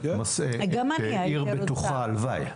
בכולן, את נושא עיר בטוחה, הלוואי.